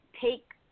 take